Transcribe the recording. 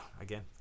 again